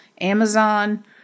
Amazon